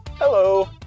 Hello